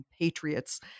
patriots